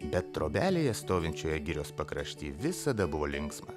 bet trobelėje stovinčioje girios pakrašty visada buvo linksma